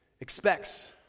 expects